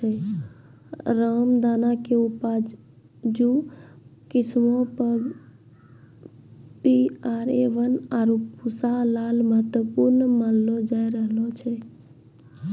रामदाना के उपजाऊ किस्मो मे पी.आर.ए वन, आरु पूसा लाल महत्वपूर्ण मानलो जाय रहलो छै